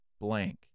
blank